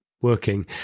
working